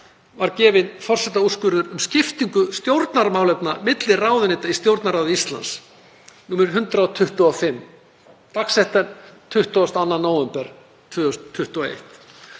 var gefinn út forsetaúrskurður um skiptingu stjórnarmálefna milli ráðuneyta í Stjórnarráði Íslands, nr. 125, dagsettur 22.